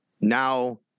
Now